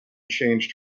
changed